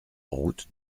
route